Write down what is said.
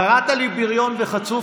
קראת לי "בריון" ו"חצוף".